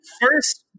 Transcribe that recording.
First